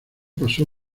pasó